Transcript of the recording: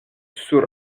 sur